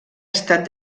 estat